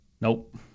Nope